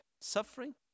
suffering